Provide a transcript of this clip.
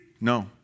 No